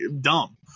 dumb